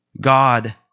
God